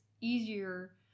easier